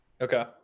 okay